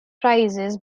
prices